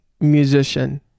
musician